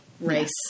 race